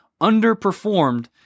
underperformed